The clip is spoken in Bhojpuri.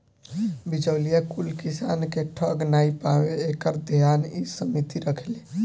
बिचौलिया कुल किसान के ठग नाइ पावे एकर ध्यान इ समिति रखेले